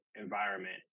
environment